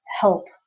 help